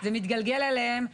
זה מתגלגל אליהם.